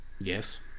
Yes